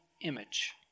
image